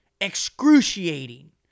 excruciating